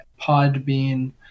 Podbean